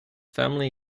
family